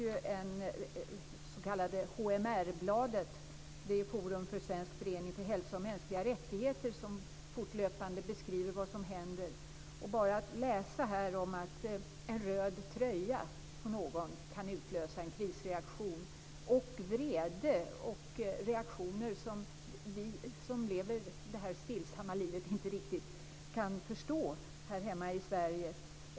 I det s.k. HMR bladet beskriver Forum för svensk förening för hälsa och mänskliga rättigheter fortlöpande vad som händer. Där kan man läsa att t.ex. en röd tröja på någon kan utlösa en krisreaktion, vrede och reaktioner som vi som lever ett stillsamt liv här i Sverige inte riktigt kan förstå.